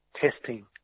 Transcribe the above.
testing